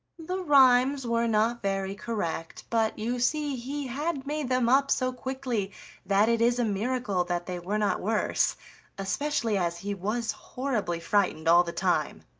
the rhymes were not very correct, but you see he had made them up so quickly that it is a miracle that they were not worse especially as he was horribly frightened all the time.